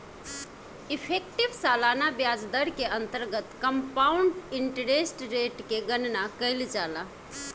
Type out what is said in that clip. effective सालाना ब्याज दर के अंतर्गत कंपाउंड इंटरेस्ट रेट के गणना कईल जाला